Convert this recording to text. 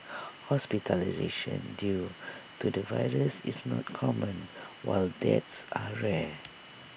hospitalisation due to the virus is not common while deaths are rare